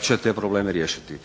će te probleme riješiti.